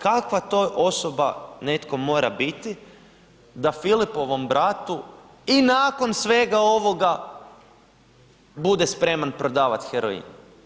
Kakva to osoba netko mora biti da Filipovom bratu i nakon svega ovoga bude spreman prodavat heroin?